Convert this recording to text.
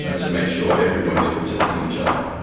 and to make sure everybody is protecting each other.